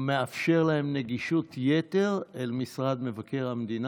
מאפשר להם יתר נגישות אל משרד מבקר המדינה,